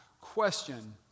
question